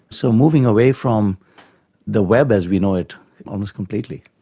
so, moving away from the web as we know it almost completely.